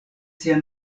sia